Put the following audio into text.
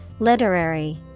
Literary